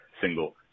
single